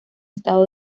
estado